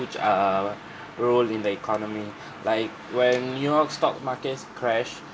err role in the economy like when your stock market crash